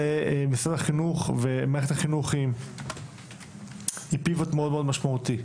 ומשרד החינוך ומערכת החינוך הם מאוד מאוד משמעותיים.